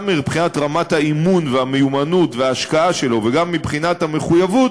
גם מבחינת רמת האימון והמיומנות וההשקעה שלו וגם מבחינת המחויבות,